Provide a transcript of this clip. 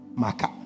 Maka